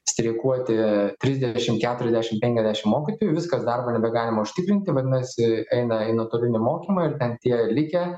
streikuoti trisdešim keturiasdešim penkiasdešim mokytojų viskas darbo nebegalima užtikrinti vadinasi eina į nuotolinį mokymą ir tie likę